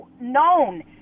known